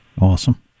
Awesome